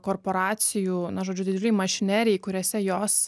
korporacijų na žodžiu didžiulėj mašineri kuriose jos